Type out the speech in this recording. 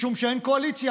משום שאין קואליציה.